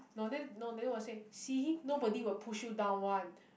no then no then will say see him nobody will push you down one